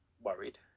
worried